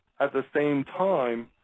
at the same time,